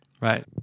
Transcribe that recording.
Right